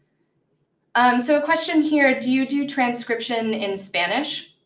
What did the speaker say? um so a question here. do you do transcription in spanish?